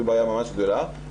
זו בעיה ממש גדולה.